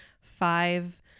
five